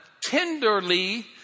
tenderly